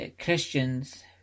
Christians